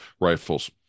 rifles